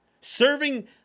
Serving